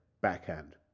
Backhand